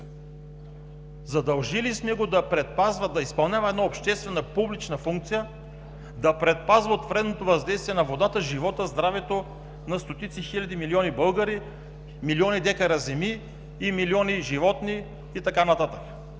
Задължили сме го да изпълнява една обществена, публична функция – да предпазва от вредното въздействие на водата живота и здравето на стотици, хиляди, милиони българи, милиони декара земи, милиони животни и така нататък.